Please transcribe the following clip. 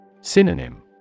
Synonym